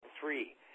three